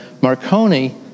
Marconi